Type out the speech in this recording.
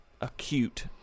acute